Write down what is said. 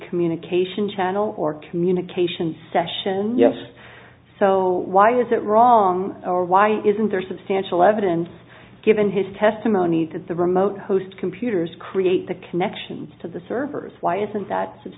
communication channel or communication session yes so why is it wrong or why isn't there substantial evidence given his testimony that the remote host computers create the connections to the servers why isn't that